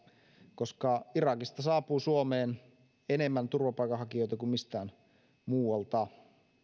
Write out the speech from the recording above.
koska irakista saapuu suomeen enemmän turvapaikanhakijoita kuin mistään muualta